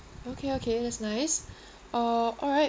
okay okay that's nice uh alright